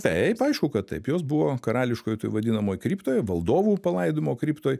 taip aišku kad taip jos buvo karališkoj toj vadinamoj kriptoj valdovų palaidojimo kriptoj